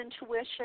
intuition